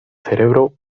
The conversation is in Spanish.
cerebro